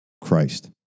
Christ